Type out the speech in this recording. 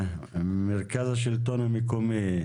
מרכז השלטון המקומי,